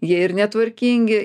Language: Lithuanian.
jie ir netvarkingi